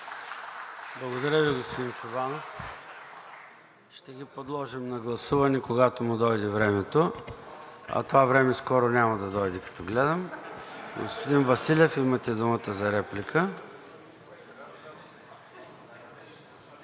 Благодаря Ви, господин Чобанов. Ще ги подложим на гласуване, когато му дойде времето, а това време скоро няма да дойде, като гледам. (Смях от ГЕРБ-СДС.) Господин Василев, имате думата за реплика.